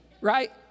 right